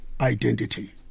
Identity